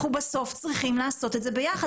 בסוף אנחנו צריכים לעשות את זה ביחד.